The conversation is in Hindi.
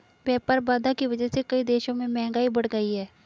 व्यापार बाधा की वजह से कई देशों में महंगाई बढ़ गयी है